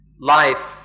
life